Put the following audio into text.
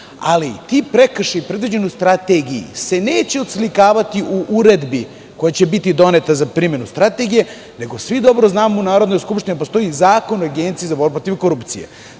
ali ti prekršaji predviđeni u strategiji se neće oslikavati u uredbi koja će biti doneta za primenu strategije, nego svi dobro znamo u Narodnoj skupštini, da postoji Zakon o Agenciji za borbu protiv korupcije.